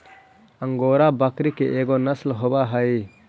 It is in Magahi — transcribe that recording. अंगोरा बकरी के एगो नसल होवऽ हई